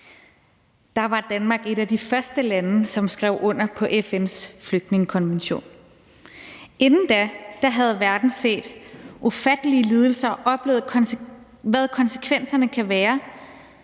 1951 var Danmark et af de første lande, som skrev under på FN's flygtningekonvention. Inden da havde verden set ufattelige lidelser og oplevet, hvad konsekvenserne kan være,